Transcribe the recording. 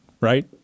right